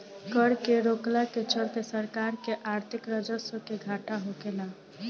कर के रोकला के चलते सरकार के आर्थिक राजस्व के घाटा होखेला